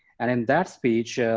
and in that speech,